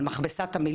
על מכבסת המילים,